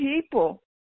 people